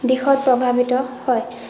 দিশত প্ৰভাৱিত হয়